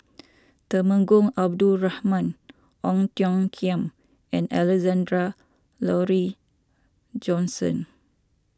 Temenggong Abdul Rahman Ong Tiong Khiam and Alexander Laurie Johnston